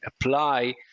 apply